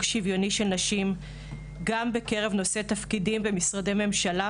שוויוני של נשים גם בקרב נושאי תפקידים במשרדי ממשלה,